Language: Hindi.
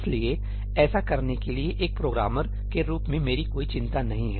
इसलिए ऐसा करने के लिए एक प्रोग्रामर के रूप में मेरी कोई चिंता नहीं है